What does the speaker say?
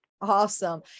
Awesome